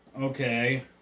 Okay